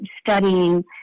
studying